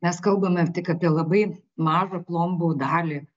mes kalbame tik apie labai mažą plombų dalį